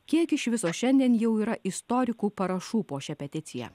kiek iš viso šiandien jau yra istorikų parašų po šia peticija